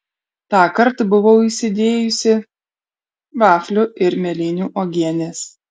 tąkart buvau įsidėjusi vaflių ir mėlynių uogienės